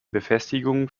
befestigungen